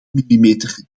millimeter